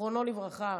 זיכרונו לברכה,